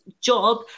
job